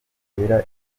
itera